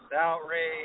Outrage